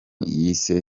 yise